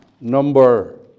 number